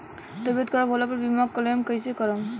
तबियत खराब होला पर बीमा क्लेम कैसे करम?